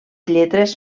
lletres